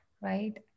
right